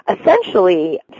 essentially